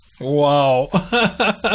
Wow